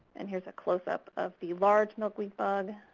and here's a close-up of the large milkweed bug.